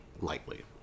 lightly